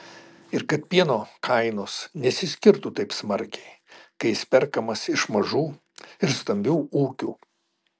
ir kad pieno kainos nesiskirtų taip smarkiai kai jis perkamas iš mažų ir stambių ūkių